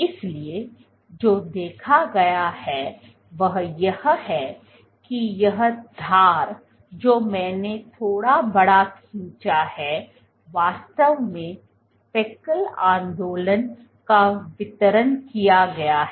इसलिए जो देखा गया है वह यह है कि यह धार जो मैंने थोड़ा बड़ा खींचा है वास्तव में स्पेकल आंदोलन का वितरण किया गया है